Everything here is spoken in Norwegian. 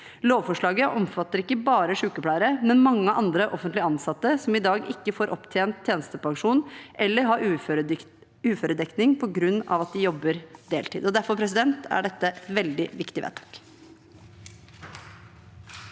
Lovforslaget omfatter ikke bare sykepleiere, men også mange andre offentlig ansatte som i dag ikke får opptjent tjenestepensjon, eller som har uføredekning på grunn av at de jobber deltid. Derfor er dette et veldig viktig vedtak.